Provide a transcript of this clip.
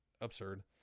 absurd